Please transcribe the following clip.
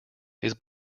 his